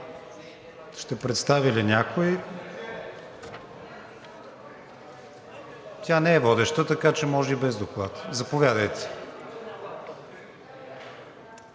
ще представи ли някой? Тя не е водеща, така че може и без доклад. Предлагам